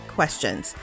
Questions